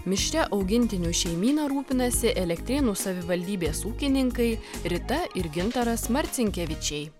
mišria augintinių šeimyna rūpinasi elektrėnų savivaldybės ūkininkai rita ir gintaras marcinkevičiai